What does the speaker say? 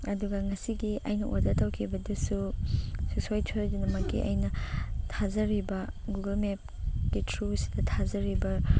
ꯑꯗꯨꯒ ꯉꯁꯤꯒꯤ ꯑꯩꯅ ꯑꯣꯔꯗꯔ ꯇꯧꯈꯤꯕꯗꯨꯁꯨ ꯁꯨꯡꯁꯣꯏ ꯁꯣꯏꯗꯅꯃꯛꯀꯤ ꯑꯩꯅ ꯊꯥꯖꯔꯤꯕ ꯒꯨꯒꯜ ꯃꯦꯞꯀꯤ ꯊ꯭ꯔꯨꯁꯤꯗ ꯊꯥꯖꯔꯤꯕ